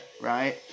Right